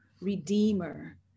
redeemer